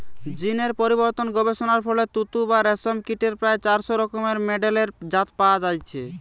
জীন এর পরিবর্তন গবেষণার ফলে তুত বা রেশম কীটের প্রায় চারশ রকমের মেডেলের জাত পয়া যাইছে